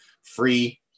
free